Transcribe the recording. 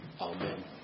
Amen